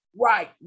Right